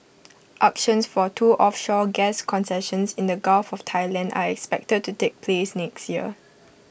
auctions for two offshore gas concessions in the gulf of Thailand are expected to take place next year